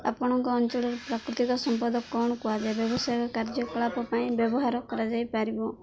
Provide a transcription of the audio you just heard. ଆପଣଙ୍କ ଅଞ୍ଚଳରେ ପ୍ରାକୃତିକ ସମ୍ପଦ କ'ଣ କୁହାଯାଏ ବ୍ୟବସାୟିକ କାର୍ଯ୍ୟକଳାପ ପାଇଁ ବ୍ୟବହାର କରାଯାଇପାରିବ